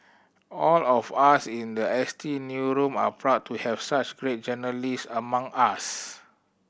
all of us in the S T are proud to have such great journalist among us